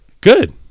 Good